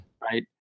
right